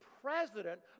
president